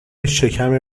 شکم